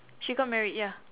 she got married ya